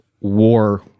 war